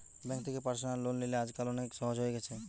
bank থেকে personal loan লিলে আজকাল অনেক সহজ হয়ে গেছে